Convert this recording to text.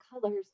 colors